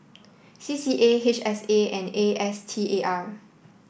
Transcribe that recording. C C A H S A and A S T A R